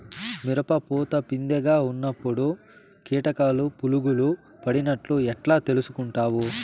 మిరప పూత పిందె గా ఉన్నప్పుడు కీటకాలు పులుగులు పడినట్లు ఎట్లా తెలుసుకుంటావు?